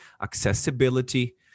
accessibility